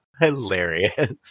Hilarious